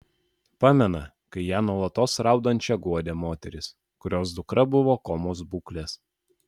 pamena kai ją nuolat raudančią guodė moteris kurios dukra buvo komos būklės